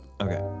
Okay